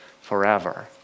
forever